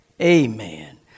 amen